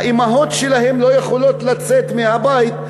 האימהות שלהם לא יכולות לצאת מהבית.